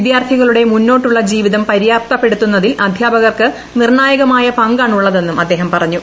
വിദ്യാർത്ഥികളുടെ മുന്നോട്ടുള്ള ജീവിതം പര്യാപ്തപ്പെടുത്തുന്നതിൽ അസ്പാപകർക്ക് നിർണ്ണായക മായ പങ്കാണുള്ളതെന്നും അദ്ദേഹം പ്പറ്ഞ്ഞു